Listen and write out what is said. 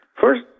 First